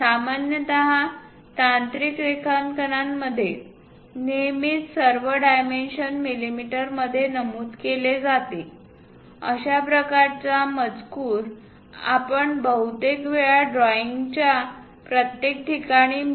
सामान्यत तांत्रिक रेखांकनांमध्ये नेहमीच सर्व डायमेन्शन मिमी मध्ये नमूद केले जाते अशा प्रकारच्या मजकूर आपण बहुतेक वेळा ड्रॉईंगच्या प्रत्येकठिकाणी मि